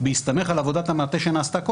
בהסתמך על עבודת המטה שנעשתה קודם,